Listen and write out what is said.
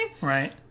right